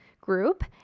group